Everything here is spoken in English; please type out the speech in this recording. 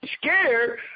scared